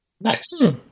Nice